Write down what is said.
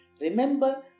remember